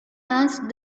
asked